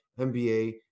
MBA